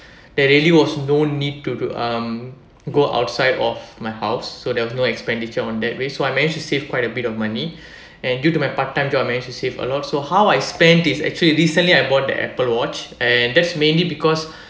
there really was no need to to um go outside of my house so there have no expenditure on that way so I managed to save quite a bit of money and due to my part time job I managed to save a lot so how I spent is actually recently I bought the Apple watch and that's mainly because